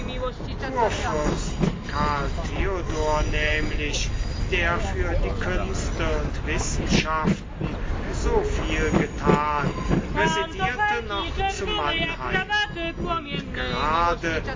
karl theodor nämlich der für die künste und wissenschaften so viel getan residierte noch zu mannheim und gerade